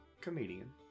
comedian